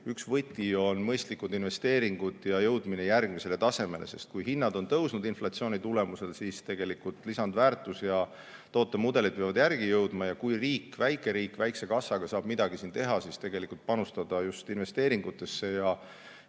üks võti on mõistlikud investeeringud ja jõudmine järgmisele tasemele, sest kui hinnad on inflatsiooni tõttu tõusnud, siis tegelikult lisandväärtus ja tootemudelid peavad järele jõudma. Kui on midagi, mida väike riik väikese kassaga saab siin teha, siis just panustada investeeringutesse ja